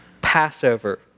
Passover